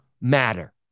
matter